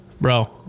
Bro